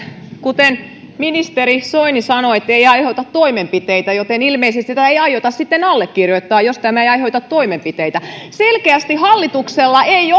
ministeri soini sanoi että ei aiheuta toimenpiteitä joten ilmeisesti sitä ei aiota sitten allekirjoittaa jos tämä ei aiheuta toimenpiteitä selkeästi hallituksella ei